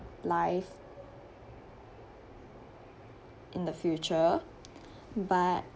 life in the future but